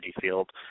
Field